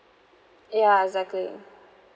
ya exactly